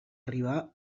arribar